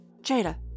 Jada